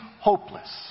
hopeless